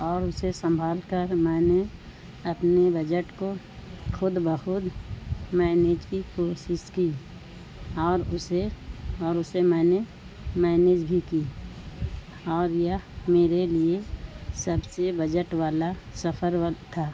اور اسے سنبھال کر میں نے اپنے بجٹ کو خود بخود مینج کی کوشش کی اور اسے اور اسے میں نے مینز بھی کی اور یہ میرے لیے سب سے بجٹ والا سفر اور تھا